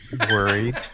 worried